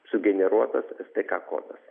sugeneruotas es dė ka kodas